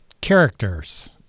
characters